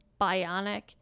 bionic